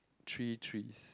three threes